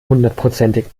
hundertprozentig